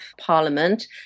parliament